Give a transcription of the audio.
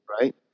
right